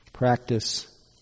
Practice